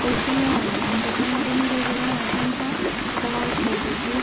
कौशल्य वाढेल आणि त्याच्यामध्ये मी वेगवेगळ्या भाषांचा समावेश करते की